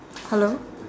hello